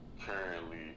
currently